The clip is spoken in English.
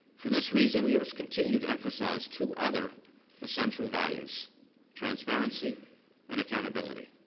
for this reason, we must continue to emphasize two other essential values transparency and accountability.